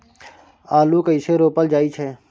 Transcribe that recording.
आलू कइसे रोपल जाय छै?